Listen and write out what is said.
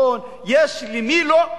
יש נציגים למשרד הביטחון, למי לא?